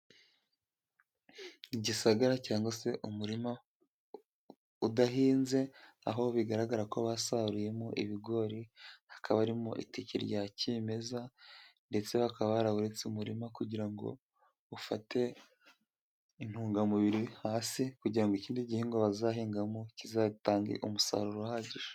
Igisagara cyangwa se umurima udahinze, aho bigaragara ko basaruyemo ibigori, hakaba harimo iteke rya kimeza, ndetse bakaba barawuretse umurima kugira ngo ufate intungamubiri hasi, kugira ngo ikindi gihingwa bazahingamo kizatange umusaruro uhagije.